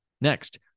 Next